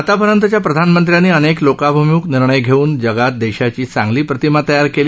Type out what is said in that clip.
आतापर्यंतच्या प्रधानमंत्र्यांनी अनेक लोकभिमुख निर्णय घेऊन जगात देशाची चागंली प्रतिमा तयार केली